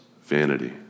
vanity